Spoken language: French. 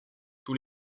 tous